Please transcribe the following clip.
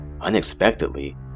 Unexpectedly